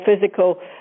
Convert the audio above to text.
physical